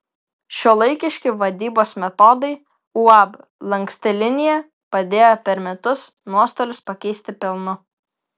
šiuolaikiški vadybos metodai uab lanksti linija padėjo per metus nuostolius pakeisti pelnu